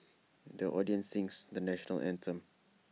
the audience sings the National Anthem